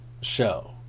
show